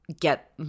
get